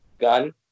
gun